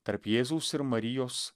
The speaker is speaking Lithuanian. tarp jėzaus ir marijos